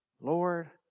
Lord